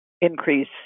increase